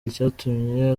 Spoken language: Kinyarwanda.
icyatumye